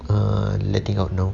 err letting out no